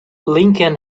lincoln